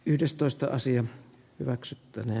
yhdestoista sijan hyväksi tänä